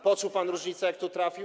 Poczuł pan różnicę, jak tu trafił?